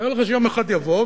תאר לך שיום אחד יבוא,